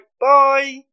bye